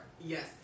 Yes